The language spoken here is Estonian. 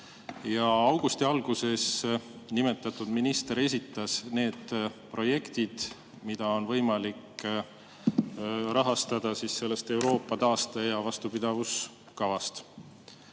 Ja augusti alguses nimetatud minister esitas need projektid, mida on võimalik rahastada sellest Euroopa taaste‑ ja vastupidavuskavast.